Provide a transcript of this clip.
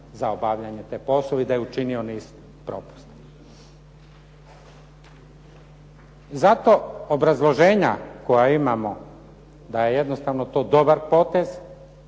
za obavljanje tih poslova i da je učinio niz propusta. Zato obrazloženja koja imamo da je jednostavno to dobar potez